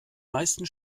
meisten